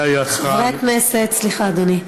סליחה, אדוני.